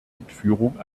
entführung